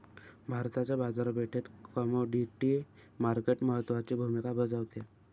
भारताच्या बाजारपेठेत commodity market महत्त्वाची भूमिका बजावते